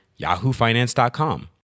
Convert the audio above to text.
yahoofinance.com